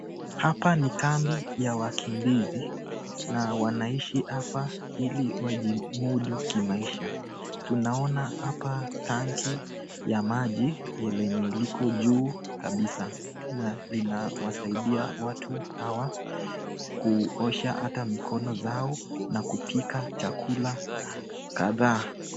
Hapa ni kambi ya wakimbizi na wanaishi apa ili wajimudu kimaisha. Tunaoana hapa tangi ya maji lenye liko juu kabisa na linawasaidia watu hawa kuosha ata mikono zao na kupika chakula kadhaa.